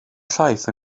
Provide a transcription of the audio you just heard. llaeth